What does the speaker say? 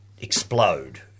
explode